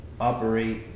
operate